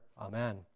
Amen